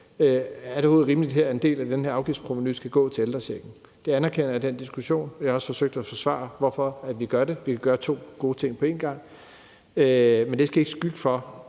er rimeligt, at en del af det her afgiftsprovenu skal gå til ældrechecken. Den diskussion anerkender jeg, og jeg har også forsøgt at forsvare, hvorfor vi gør det, altså at vi vil gøre to gode ting på en gang, men det skal ikke skygge for,